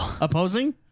opposing